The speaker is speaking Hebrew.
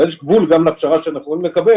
אבל יש גבול גם עם הפשרה שאנחנו יכולים לקבל,